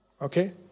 okay